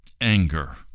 anger